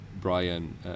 Brian